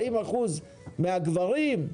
40% מהגברים,